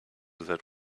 that